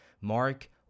Mark